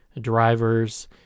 drivers